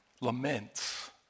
laments